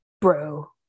Bro